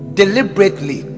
deliberately